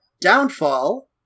downfall